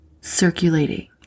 circulating